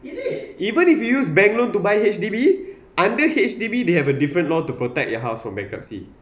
even if you use bank loan to buy H_D_B under H_D_B they have a different law to protect your house for bankruptcy